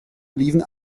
oliven